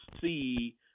see